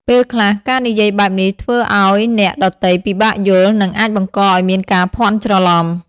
ពេលខ្លះ ការនិយាយបែបនេះធ្វើឱ្យអ្នកដទៃពិបាកយល់និងអាចបង្កឱ្យមានការភ័ន្តច្រឡំ។